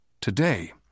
today